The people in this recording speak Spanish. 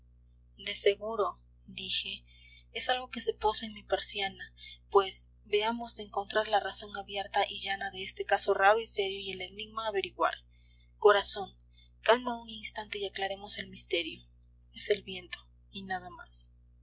de seguro dije es algo que se posa en mi persiana pues veamos de encontrar la razón abierta y llana de este caso raro y serio y el enigma averiguar corazón calma un instante y aclaremos el misterio es el viento y nada más